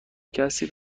کسی